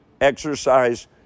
Exercise